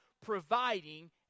providing